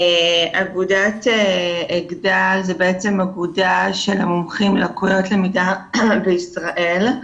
אגודת אגד"ל היא אגודה של מומחים ללקויות למידה בישראל.